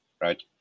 right